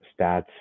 stats